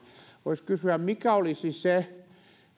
voisi kysyä mikä olisi sitten se